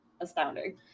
astounding